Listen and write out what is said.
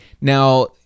now